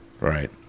Right